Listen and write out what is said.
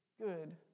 good